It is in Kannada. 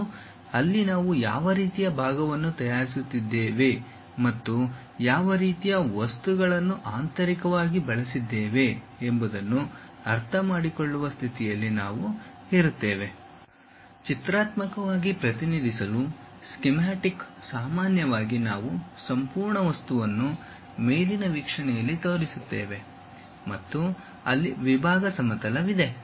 ಮತ್ತು ಅಲ್ಲಿ ನಾವು ಯಾವ ರೀತಿಯ ಭಾಗವನ್ನು ತಯಾರಿಸುತ್ತಿದ್ದೇವೆ ಮತ್ತು ಯಾವ ರೀತಿಯ ವಸ್ತುಗಳನ್ನು ಆಂತರಿಕವಾಗಿ ಬಳಸಿದ್ದೇವೆ ಎಂಬುದನ್ನು ಅರ್ಥಮಾಡಿಕೊಳ್ಳುವ ಸ್ಥಿತಿಯಲ್ಲಿ ನಾವು ಇರುತ್ತೇವೆ ಚಿತ್ರಾತ್ಮಕವಾಗಿ ಪ್ರತಿನಿಧಿಸಲು ಸ್ಕೀಮ್ಯಾಟಿಕ್ ಸಾಮಾನ್ಯವಾಗಿ ನಾವು ಸಂಪೂರ್ಣ ವಸ್ತುವನ್ನು ಮೇಲಿನ ವೀಕ್ಷಣೆಯಲ್ಲಿ ತೋರಿಸುತ್ತೇವೆ ಮತ್ತು ಅಲ್ಲಿ ವಿಭಾಗ ಸಮತಲವಿದೆ